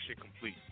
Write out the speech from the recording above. complete